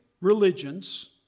religions